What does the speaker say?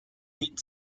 mid